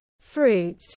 fruit